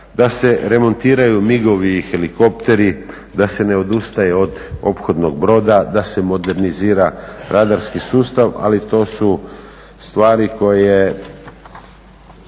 da se remontiraju migovi i helikopteri, da se ne odustaje od ophodnog broda, da se modernizira radarski sustav ali to su stvari koje